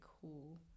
cool